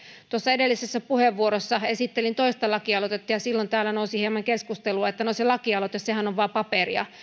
edellisessä puheenvuorossani esittelin toista lakialoitetta ja silloin täällä nousi hieman keskustelua että no se lakialoite sehän on vain paperia